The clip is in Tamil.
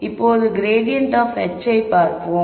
இப்போது க்ரேடியன்ட் ஆப் h பார்ப்போம்